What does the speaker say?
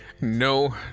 No